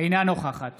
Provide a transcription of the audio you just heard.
אינה נוכחת